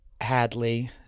Hadley